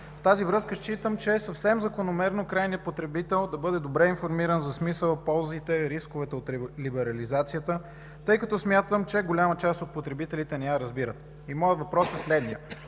с това считам, че е съвсем закономерно крайният потребител да бъде добре информиран за смисъла, ползите и рисковете от либерализацията, тъй като, смятам, че голяма част от потребителите не я разбират. Въпросът ми е следният: